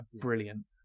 brilliant